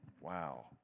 Wow